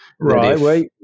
Right